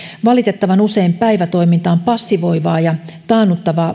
valitettavan usein päivätoiminta on passivoivaa ja taannuttavaa